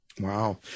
Wow